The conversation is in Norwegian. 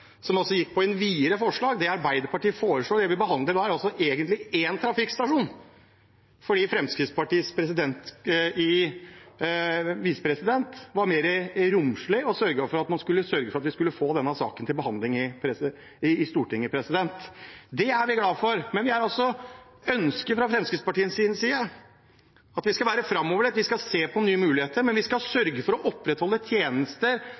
som gikk på et videre forslag. Det Arbeiderpartiet foreslår, det vi behandler i dag, er egentlig én trafikkstasjon, for Fremskrittspartiets visepresident var mer romslig og sørget for at vi skulle få denne saken til behandling i Stortinget. Det er vi glad for. Det er fra Fremskrittspartiets side et ønske at vi skal være framoverlent, vi skal se på nye muligheter, men vi skal sørge for å opprettholde tjenester